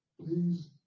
please